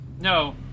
No